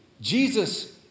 Jesus